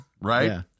right